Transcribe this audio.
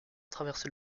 traversé